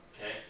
Okay